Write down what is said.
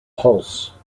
pulse